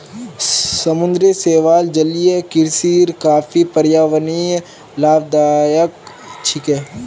समुद्री शैवाल जलीय कृषिर काफी पर्यावरणीय लाभदायक छिके